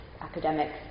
academics